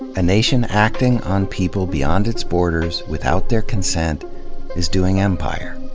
and nation acting on people beyond its borders without their consent is doing empire.